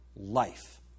life